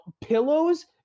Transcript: pillows